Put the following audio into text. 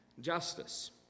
justice